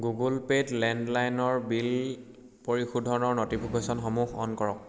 Google পে'ত লেণ্ডলাইনৰ বিল পৰিশোধৰ ন'টিফিকেশ্যনসমূহ অ'ন কৰক